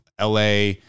LA